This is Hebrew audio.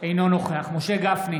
אינו נוכח משה גפני,